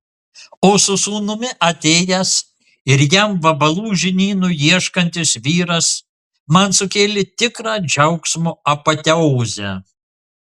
o su sūnumi atėjęs ir jam vabalų žinyno ieškantis vyras man sukėlė tikrą džiaugsmo apoteozę